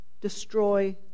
destroy